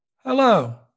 Hello